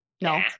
no